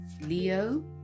Leo